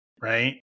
Right